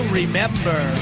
remember